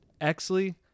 Exley